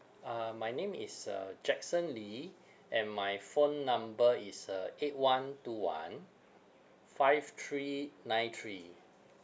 uh my name is uh jackson lee and my phone number is uh eight one two one five three nine three